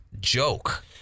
joke